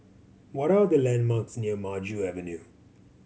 what are the landmarks near Maju Avenue